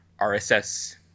RSS